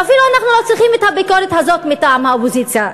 ואפילו אנחנו לא צריכים את הביקורת הזאת מטעם האופוזיציה,